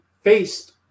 faced